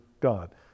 God